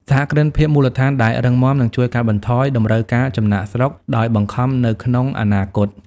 សហគ្រិនភាពមូលដ្ឋានដែលរឹងមាំ នឹងជួយកាត់បន្ថយតម្រូវការចំណាកស្រុកដោយបង្ខំនៅក្នុងអនាគត។